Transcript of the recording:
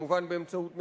כמובן באמצעות מתווכים.